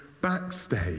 backstage